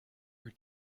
her